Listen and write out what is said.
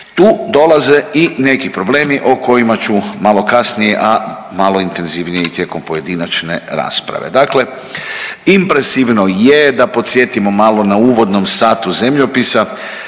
tu dolaze i neki problemi o kojima ću malo kasnije, a malo intenzivnije i tijekom pojedinačne rasprave. Dakle, impresivno je da podsjetimo malo na uvodnom satu zemljopisa